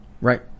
right